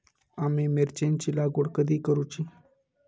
आम्ही मिरचेंची लागवड कधी करूची?